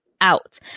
out